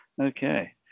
Okay